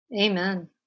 Amen